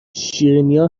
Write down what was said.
شیرینیا